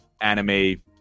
anime